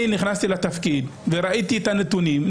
אני נכנסתי לתפקיד וראיתי את הנתונים,